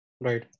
Right